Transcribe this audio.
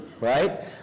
right